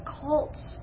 cults